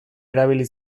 erabili